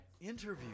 interview